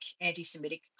anti-semitic